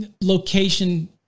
location